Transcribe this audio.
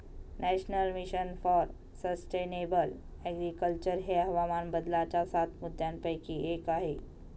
national Mission for Sustainable Agriculture हे हवामान बदलाच्या सात मुद्यांपैकी एक आहे